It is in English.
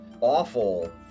awful